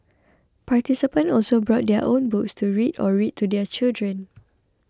participants also brought their own books to read or read to their children